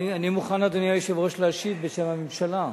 אני מוכן, אדוני היושב-ראש, להשיב בשם הממשלה.